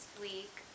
week